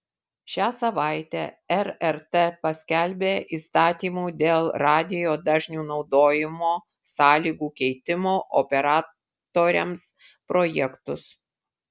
šią savaitę rrt paskelbė įsakymų dėl radijo dažnių naudojimo sąlygų keitimo operatoriams projektus